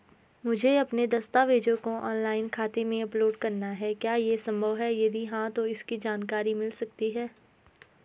मुझे अपने दस्तावेज़ों को ऑनलाइन खाते में अपलोड करना है क्या ये संभव है यदि हाँ तो इसकी जानकारी मिल सकती है?